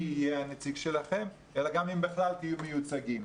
יהיה הנציג שלכם אלא גם אם בכלל תהיו מיוצגים,